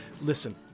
Listen